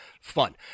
fun